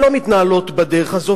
שלא מתנהלות בדרך הזו.